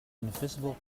invisible